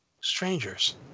Strangers